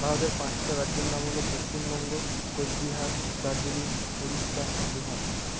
ভারতের পাঁচটা রাজ্যের নাম হল পশ্চিমবঙ্গ কোচবিহার দার্জিলিং উড়িষ্যা বিহার